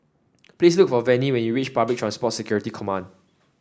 please look for Venie when you reach Public Transport Security Command